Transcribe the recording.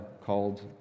called